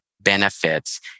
benefits